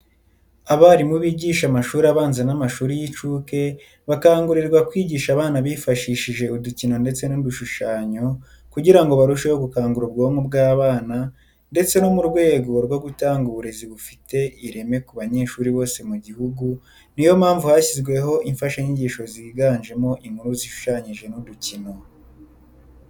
Abarimu bigisha amashuri abanza n'amashuri y'inshuke bakangurirwa kwigisha abana bifashishije udukino ndetse n'udushushanyo kugira ngo barusheho gukangura ubwonko bw'abana ndetse no mu rwego rwo gutanga uburezi bufite ireme ku banyeshuri bose mu gihugu, niyompamvu hashyizweho imfashanyigisho ziganjemo inkuru zishushanyije n'udukino.